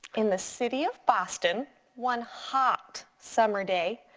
in the city of boston one hot summer day,